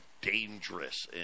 dangerous